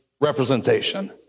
representation